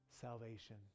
salvation